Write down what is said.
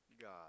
God